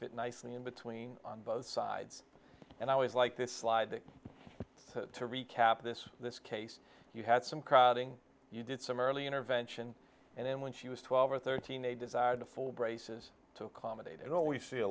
fit nicely in between on both sides and i always like this slide that to recap this this case you had some crowding you did some early intervention and then when she was twelve or thirteen a desire to full braces to accommodate it all we see a